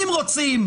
אם רוצים,